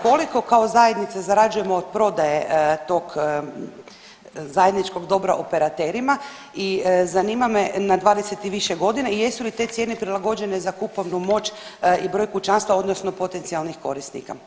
Koliko kao zajednica zarađujemo od prodaje tog zajedničkog dobra operaterima i zanima me, na 20 i više godina i jesu li te cijene prilagođene za kupovnu moć i broj kućanstva odnosno potencijalnih korisnika?